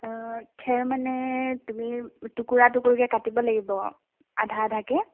খেৰ মানে তুমি টুকুৰা টুকুৰকৈ কাটিব লাগিব আধা আধাকৈ